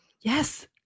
Yes